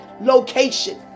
location